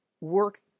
work